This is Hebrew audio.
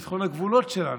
בביטחון הגבולות שלנו,